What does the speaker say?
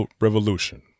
Revolution